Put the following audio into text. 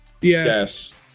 Yes